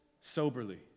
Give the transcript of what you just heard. soberly